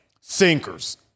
Sinkers